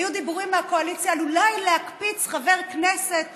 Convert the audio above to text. היו דיבורים מהקואליציה על אולי להקפיץ חבר כנסת